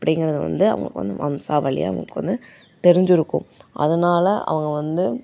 அப்படிங்கிறது வந்து அவங்களுக்கு வந்து வம்சாவழியாக அவங்களுக்கு வந்து தெரிஞ்சிருக்கும் அதனால் அவங்க வந்து